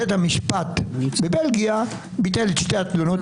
בית המשפט בבלגיה ביטל את שתי התלונות,